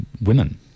women